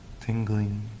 tingling